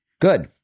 Good